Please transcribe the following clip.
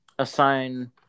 assign